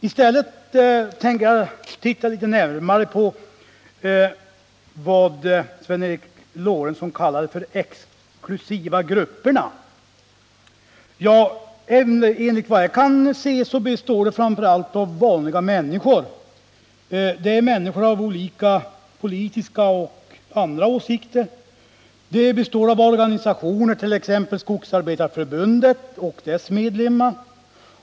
Jag tänker i stället titta litet närmare på det Sven Eric Lorentzon kallade de exklusiva grupperna. Enligt vad jag kan se består de av vanliga människor: människor med olika åsikter — politiska eller andra. De består av organisationer, t.ex. Skogsarbetareförbundet och dess medlemmar.